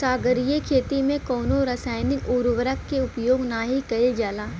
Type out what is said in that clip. सागरीय खेती में कवनो रासायनिक उर्वरक के उपयोग नाही कईल जाला